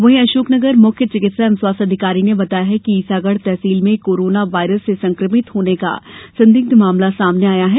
वहीं अशोकनगर मुख्य चिकित्सा एवं स्वास्थ्य अधिकारी ने बताया कि ईसागढ़ तहसील में कोरोना वायरस से संकभित होने का संदिग्ध मामला सामने आया है